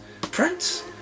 Prince